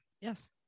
Yes